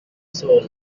soul